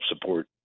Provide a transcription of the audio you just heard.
support